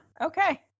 Okay